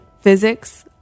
physics